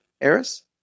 Eris